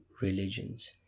religions